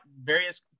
various